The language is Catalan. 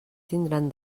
tindran